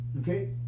Okay